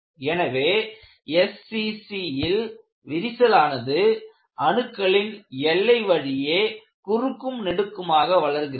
எனவே SCC ல் விரிசலானது அணுக்களின் எல்லை வழியே குறுக்கும் நெடுக்குமாக வளர்கிறது